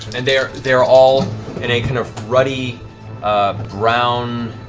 and they are they are all in a kind of ruddy um brown,